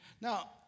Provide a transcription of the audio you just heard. Now